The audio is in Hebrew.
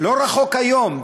לא רחוק היום,